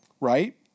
right